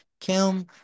Kim